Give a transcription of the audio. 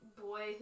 boy